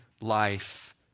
life